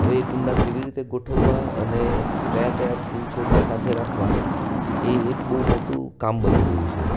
હવે એ કુંડા કેવી રીતે ગોઠવવા અને કયા કયા ફૂલ છોડને સાથે રાખવા એ એક બહુ મોટું કામ બની ગયું છે